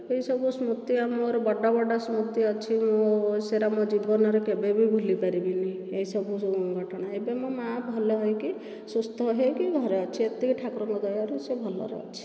ଏହି ସବୁ ସ୍ମୃତି ଆମର ବଡ ବଡ ସ୍ମୃତି ଅଛି ସେଡ଼ା ମୁଁ ଜୀବନରେ କେବେବି ଭୁଲିପାରିବିନି ଏ ସବୁ ଯଉ ଘଟଣା ଏବେ ମୋ ମାଆ ଭଲ ହେଇକି ସୁସ୍ତ ହେଇକି ଘରେ ଅଛି ଏତିକି ଠାକୁରଙ୍କ ଦୟାରୁ ସେ ଭଲରେ ଅଛି